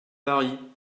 paris